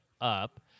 up